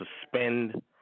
suspend